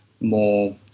more